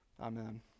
Amen